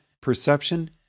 perception